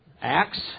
Acts